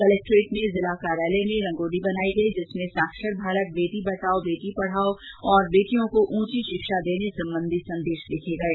collectorate में जिला कार्यालय में रंगोली बनाई गई जिसमें साक्षर भारत बेटी बचाओ बेटी पढाओ तथा बेटियों को ऊंची शिक्षा देने संबंधी संदेश लिखे गये